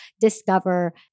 discover